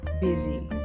busy